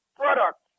product